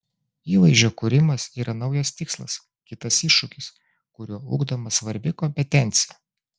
įvaizdžio kūrimas yra naujas tikslas kitas iššūkis kuriuo ugdoma svarbi kompetencija